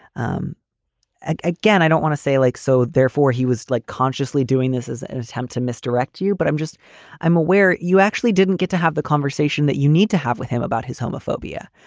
um and again, i don't want to say like so therefore, he was like consciously doing this as an attempt to misdirect you. but i'm just i'm aware you actually didn't get to have the conversation that you need to have with him about his homophobia.